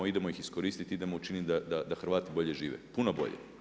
Idemo ih iskoristiti, idemo učiniti da Hrvati bolje žive, puno bolje.